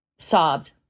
sobbed